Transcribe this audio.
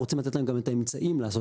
אנחנו רוצים לתת להם גם את האמצעים לעשות